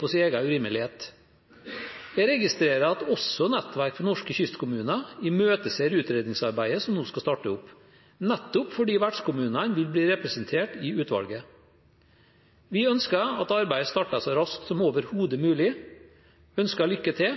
på sin egen urimelighet. Jeg registrerer at også Nettverk for fjord- og kystkommuner imøteser utredningsarbeidet som nå skal starte opp, nettopp fordi vertskommunene vil bli representert i utvalget. Vi ønsker at arbeidet starter så raskt som overhodet mulig, ønsker lykke til